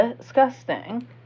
Disgusting